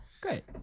Great